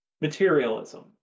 materialism